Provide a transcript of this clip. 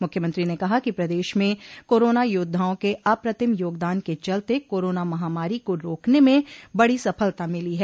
मुख्यमंत्री ने कहा कि प्रदेश में कोरोना योद्वाओं के अप्रतिम योगदान के चलते कोरोना महामारी को रोकने में बड़ी सफलता मिली है